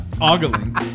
ogling